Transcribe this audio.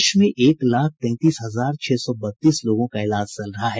देश में एक लाख तैंतीस हजार छह सौ बत्तीस लोगों का इलाज चल रहा है